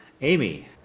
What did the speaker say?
Amy